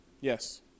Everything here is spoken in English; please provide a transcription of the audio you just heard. Yes